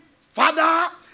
Father